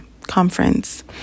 conference